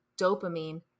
dopamine